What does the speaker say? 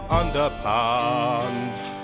underpants